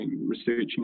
researching